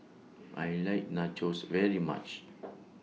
I like Nachos very much